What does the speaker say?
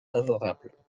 favorables